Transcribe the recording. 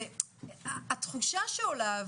התחושה שעולה,